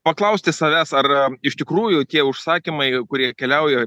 paklausti savęs ar iš tikrųjų tie užsakymai kurie keliauja